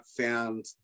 found